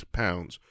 pounds